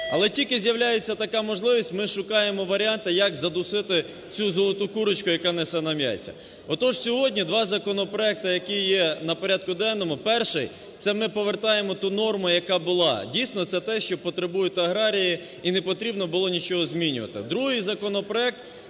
Але тільки з'являється така можливість, ми шукаємо варіанти, як "задушити цю золоту курочку, яка несе нам яйця". Отож, сьогодні два законопроекти, які є на порядку денному. Перший. Це ми повертаємо ту норму, яка була. Дійсно, це те, що потребують аграрії. І не потрібно було нічого змінювати. Другий законопроект